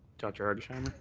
dr. hargesheimer?